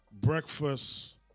breakfast